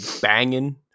banging